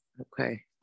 Okay